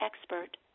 expert